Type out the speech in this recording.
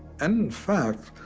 and fact,